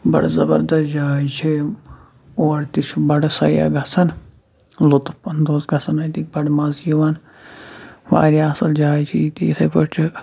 بَڑٕ زَبَردَس جاے چھےٚ یِم اور تہِ چھِ بَڑٕ سیاح گژھان لطف اندوز گژھان اَتہِ بَڑٕ مَزٕ یِوان واریاہ اَصٕل جاے چھِ یہِ تہِ یِتھَے پٲٹھۍ چھُ